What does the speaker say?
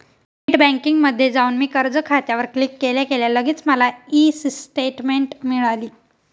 net बँकिंगमध्ये जाऊन मी कर्ज खात्यावर क्लिक केल्या केल्या लगेच मला ई स्टेटमेंट मिळाली